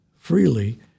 freely